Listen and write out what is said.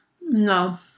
No